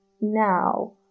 Now